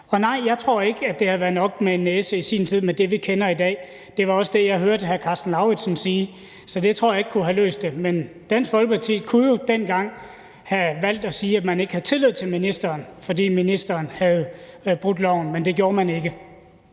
vi kender i dag, at det havde været nok med en næse i sin tid. Det var også det, jeg hørte hr. Karsten Lauritzen sige, så det tror jeg ikke kunne have løst det. Men Dansk Folkeparti kunne jo dengang have valgt at sige, at man ikke havde tillid til ministeren, fordi ministeren havde brudt loven – men det gjorde man ikke.